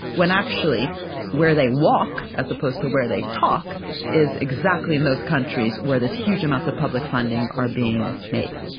when actually where they walk as opposed to where they talk is exactly in those countries where these huge amounts of public funding are being made.